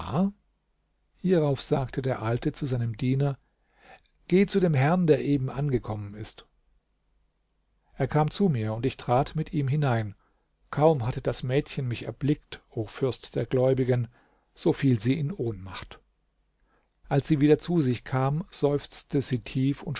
hierauf sagte der alte zu seinem diener geh zu dem herrn der eben angekommen ist er kam zu mir und ich trat mit ihm hinein kaum hatte das mädchen mich erblickt o fürst der gläubigen so fiel sie in ohnmacht als sie wieder zu sich kam seufzte sie tief